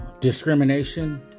discrimination